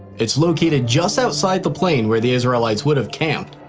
it's located just outside the plain where the israelites would have camped,